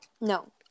No